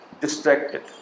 distracted